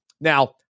Now